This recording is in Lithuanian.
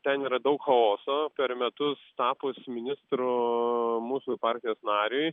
ten yra daug chaoso per metus tapus ministru mūsų partijos nariui